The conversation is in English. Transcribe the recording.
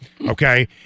okay